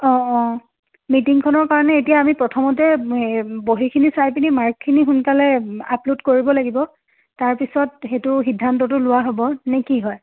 অ' অ' মিটিংখনৰ কাৰণে এতিয়া আমি প্ৰথমতে এই বহীখিনি চাই পিনে মাৰ্কখিনি সোনকালে আপ্ল'ড কৰিব লাগিব তাৰপিছত সেইটো সিদ্ধান্তটো লোৱা হ'ব নে কি হয়